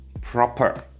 proper